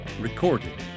recorded